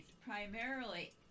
primarily